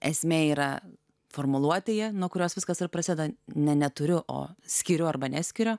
esmė yra formuluotėje nuo kurios viskas ir prasideda ne neturiu o skiriu arba neskiriu